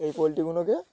এই পলট্রিগুলোকে